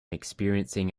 experiencing